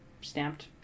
stamped